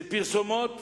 פרסומות